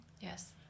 Yes